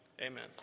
amen